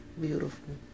beautiful